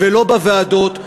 ולא בוועדות,